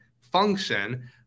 function